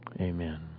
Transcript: Amen